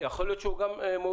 יכול להיות שהוא גם מוביל.